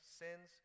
sins